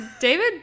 David